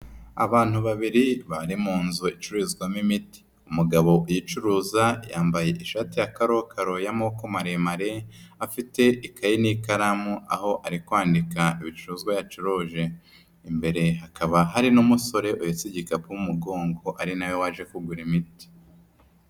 Abantu babiri bari mu nzu icururizwamo imiti, umugabo ucuruza yambaye ishati ya karokaro y'amaboko maremare, afite ikayi n'ikaramu, aho ari kwandika ibicuruzwa yacuruje. Imbere hakaba hari n'umusore uhetse igikapu mu mugongo ari nawe waje kugura imiti.